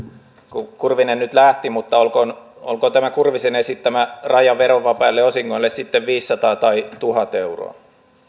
kurvinen nyt lähti mutta olkoon olkoon tämä kurvisen esittämä raja verovapaille osingoille sitten viisisataa tai tuhat euroa